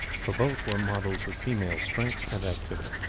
for both were models of female strength and activity.